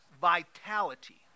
vitality